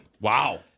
Wow